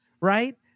right